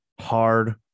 hard